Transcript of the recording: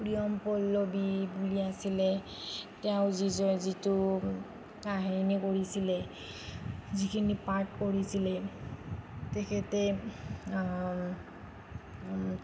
প্ৰিয়ম পল্লৱী বুলি আছিলে তেওঁ যিটো কাহিনী কৰিছিলে যিখিনি পাৰ্ট কৰিছিলে তেখেতে